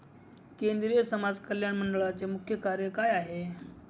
केंद्रिय समाज कल्याण मंडळाचे मुख्य कार्य काय आहे?